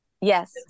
Yes